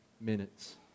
minutes